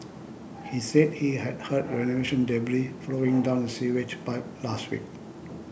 he said he had heard renovation debris flowing down the sewage pipe last week